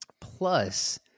Plus